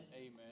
Amen